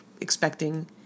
expecting